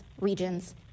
Regions